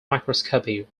microscopy